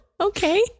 Okay